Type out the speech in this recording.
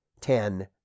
ten